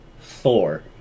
Thor